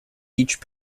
each